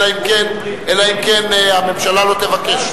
אלא אם כן הממשלה לא תבקש.